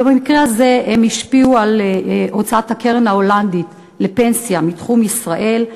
אבל במקרה הזה הם השפיעו על הוצאת הקרן ההולנדית לפנסיה מתחום ישראל,